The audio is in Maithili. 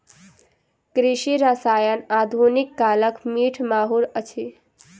कृषि रसायन आधुनिक कालक मीठ माहुर अछि